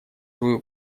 свою